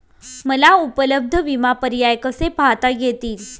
मला उपलब्ध विमा पर्याय कसे पाहता येतील?